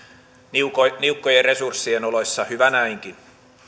niukkojen niukkojen resurssien oloissa hyvä näinkin